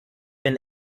been